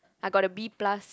I got a B plus